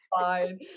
Fine